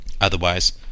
Otherwise